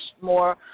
more